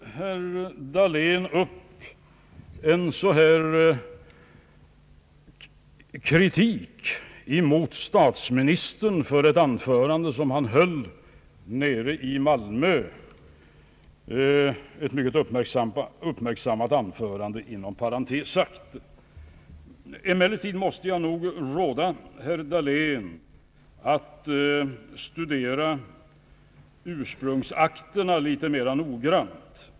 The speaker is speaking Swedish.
Herr Dahlén kritiserade ett anförande som statsministern skulle ha hållit i Malmö — ett mycket uppmärksammat anförande, inom parentes sagt. Emellertid måste jag nog råda herr Dahlén att studera ursprungsakterna litet mera noggrant.